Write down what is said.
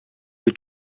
que